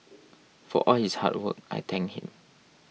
for all his hard work I thank him